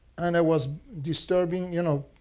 and i was disturbing, you know,